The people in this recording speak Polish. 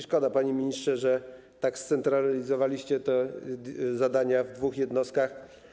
Szkoda, panie ministrze, że tak scentralizowaliście te zadania w dwóch jednostkach.